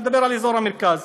מדבר על אזור המרכז,